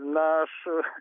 na aš